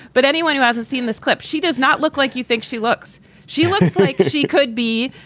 but anyone who hasn't seen this clip, she does not look like you think she looks she looks like she could be,